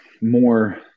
more